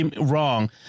wrong